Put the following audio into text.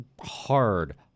hard